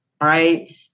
right